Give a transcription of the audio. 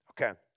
Okay